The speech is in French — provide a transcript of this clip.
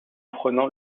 prenant